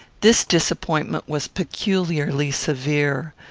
this disappointment was peculiarly severe.